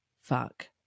fuck